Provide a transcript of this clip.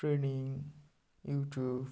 training YouTube